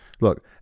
look